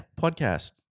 podcast